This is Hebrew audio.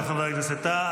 תודה רבה לחבר הכנסת טאהא.